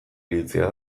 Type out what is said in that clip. iritzia